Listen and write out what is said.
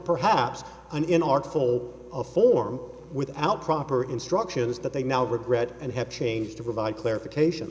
perhaps an in article a form without proper instructions that they now regret and have changed to provide clarification